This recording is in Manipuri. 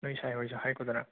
ꯅꯣꯏ ꯁꯥꯏꯍꯣꯏꯁꯨ ꯍꯥꯏꯈꯣꯗꯅ